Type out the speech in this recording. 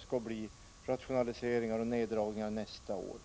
skall bli neddragningar och rationaliseringar också nästa år.